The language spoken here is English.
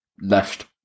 left